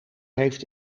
heeft